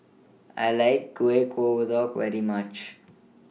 I like Kueh Kodok very much